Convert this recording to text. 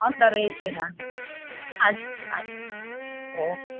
પંદર એસીના છે હા જી હા જી ઓકે